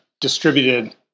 distributed